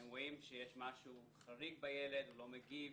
הם רואים שיש משהו חריג בילד, הוא לא מגיב,